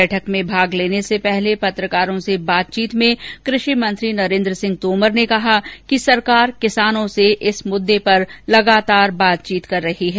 बैठक में भाग लेने से पहले पत्रकारों से बातचीत में क्रेषि मंत्री नरेंन्द्र सिंह तोमर ने कहा कि सरकार किसानों से इस मुद्दे पर लगातार बातचीत कर रही है